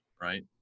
Right